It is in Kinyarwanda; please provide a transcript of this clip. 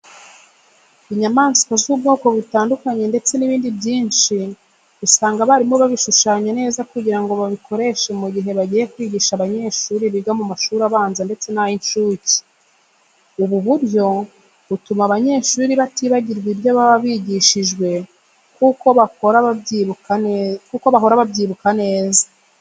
Inyamaswa z'ubwoko butandukanye ndetse n'ibindi byinshi usanga abarimu babishushanya neza kugira ngo babikoreshe mu gihe bagiye kwigisha abanyeshuri biga mu mashuri abanza ndetse n'ay'incuke. Ubu buryo rero butuma abanyeshuri batibagirwa ibyo baba bigishijwe kuko bahora babyibuka neza.